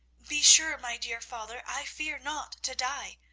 be sure, my dear father, i fear not to die.